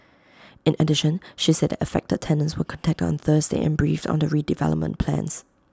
in addition she said that affected tenants were contacted on Thursday and briefed on the redevelopment plans